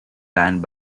banned